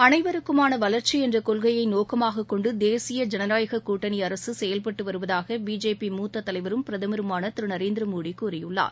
அனைவருக்குமான வளர்ச்சி என்ற கொள்கையை நோக்கமாகக் கொண்டு தேசிய ஜனநாயகக் கூட்டணி அரசு செயல்பட்டு வருவதாக பிஜேபி மூத்த தலைவரும் பிரதமருமான திரு நரேந்திரமோடி கூறியுள்ளார்